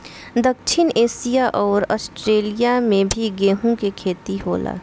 दक्षिण एशिया अउर आस्ट्रेलिया में भी गेंहू के खेती होला